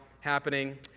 happening